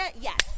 yes